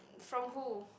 from who